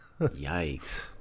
Yikes